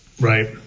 right